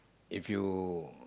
if you